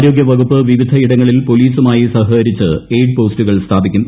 ആരോഗ്യവകുപ്പ് വിവിധയിടങ്ങളിൽ പൊലീസുമായി സഹകരിച്ച് എയ്ഡ് പോസ്റ്റുകൾ സ്ഥാപിക്കും